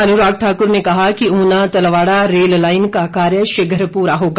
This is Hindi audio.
अनुराग ठाकुर ने कहा कि ऊना तलवाड़ा रेललाईन का कार्य शीघ्र पूरा होगा